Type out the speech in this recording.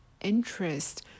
interest